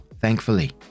thankfully